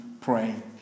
praying